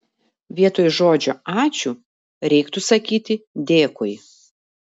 vietoj žodžio ačiū reiktų sakyti dėkui